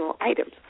items